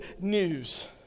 news